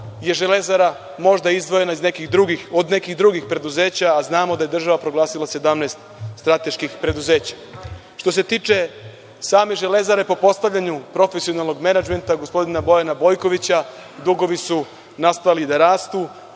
je „Železara“ možda izdvojena od nekih drugih preduzeća, a znamo da je država proglasila 17 strateških preduzeća. Što se tiče same „Železare“ po postavljanju profesionalnog menadžmenta, gospodina Bojana Bojkovića dugovi su nastavili da rastu,